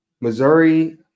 Missouri